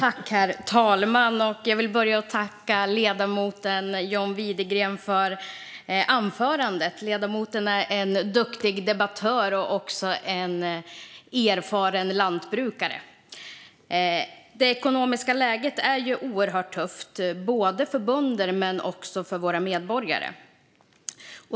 Herr talman! Jag vill börja med att tacka ledamoten John Widegren för hans anförande. Ledamoten är en duktig debattör och en erfaren lantbrukare. Det ekonomiska läget är oerhört tufft, både för bönderna och för våra medborgare.